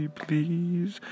please